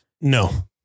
No